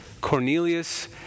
Cornelius